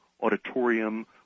auditorium